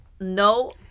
No